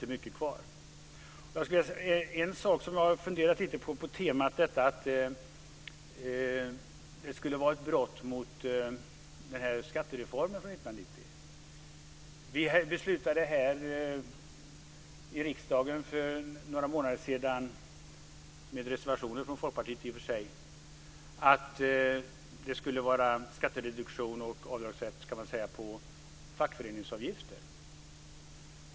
Men det finns ändå mycket kvar. Jag har funderat på temat att detta skulle vara ett brott mot uppgörelsen vid skattereformen 1990. Riksdagen beslutade för några månader sedan - med reservationer från Folkpartiet - att det skulle vara skattereduktion och avdragsrätt för fackföreningsavgifter.